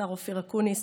השר אופיר אקוניס,